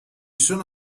sono